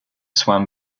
swam